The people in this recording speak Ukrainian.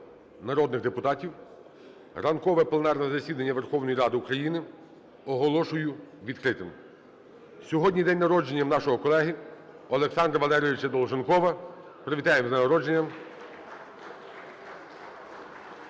народних депутатів. Ранкове пленарне засідання Верховної Ради України оголошую відкритим. Сьогодні день народження в нашого колеги Олександра Валерійовича Долженкова. Привітаємо з днем народження.